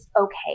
Okay